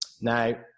Now